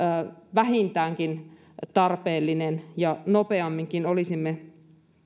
vähintäänkin tarpeellinen ja nopeamminkin olisimme